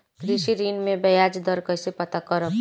कृषि ऋण में बयाज दर कइसे पता करब?